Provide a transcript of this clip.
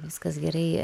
viskas gerai